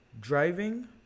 driving